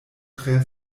tre